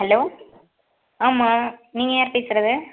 hello ஆமாம் நீங்கள் யார் பேசறது